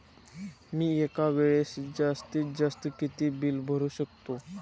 मी एका वेळेस जास्तीत जास्त किती बिल भरू शकतो?